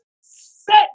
set